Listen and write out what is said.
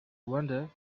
wander